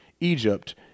Egypt